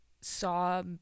saw